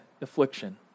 affliction